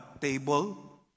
table